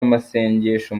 amasengesho